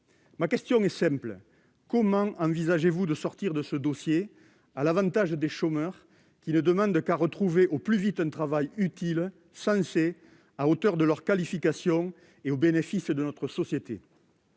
Ma question est simple : comment envisagez-vous de traiter ce dossier à l'avantage des chômeurs, qui ne demandent qu'à retrouver au plus vite un travail utile, sensé, à la hauteur de leur qualification et au bénéfice de notre société ?